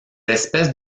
espèces